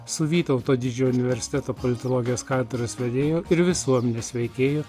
su vytauto didžiojo universiteto politologijos katedros vedėju ir visuomenės veikėju